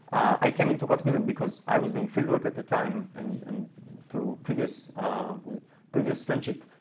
i came into but i mean and because i was doing field work at the time and and through previous previous friendship.